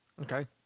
Okay